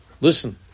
listen